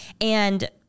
And-